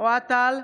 אוהד טל,